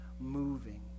moving